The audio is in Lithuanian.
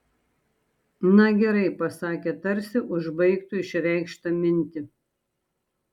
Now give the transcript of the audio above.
na gerai pasakė tarsi užbaigtų išreikštą mintį